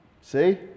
See